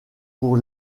pour